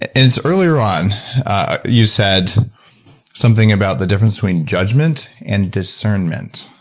and earlier on you said something about the difference between judgment and discernment.